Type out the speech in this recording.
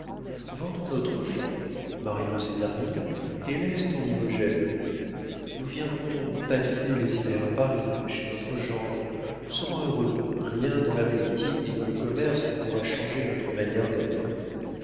vendons notre fonds marions césarine et laisse ton imogène nous viendrons passer les hivers à paris chez notre gendre nous serons heureux rien ni dans la politique ni dans le commerce ne pourra changer notre manière d'être